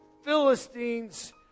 philistines